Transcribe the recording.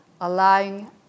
allowing